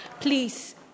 Please